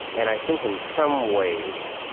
and i think in some ways,